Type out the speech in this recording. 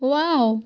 wow